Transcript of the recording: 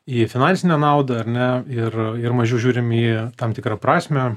į finansinę naudą ar ne ir a ir mažiau žiūrim į tam tikrą prasmę